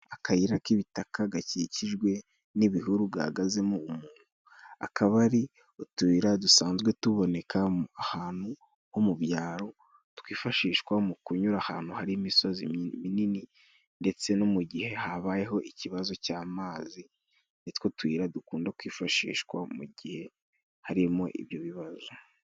Akayira k'ibitaka gakikijwe n'ibihuru gahagazemo umuntu. Akaba ari utuyira dusanzwe tuboneka ahantu ho mu byaro, twifashishwa mu kunyura ahantu hari imisozi minini ndetse no mu gihe habayeho ikibazo cy'amazi. Nitwo tuyira dukunda kwifashishwa mu gihe harimo ibyo bibazo.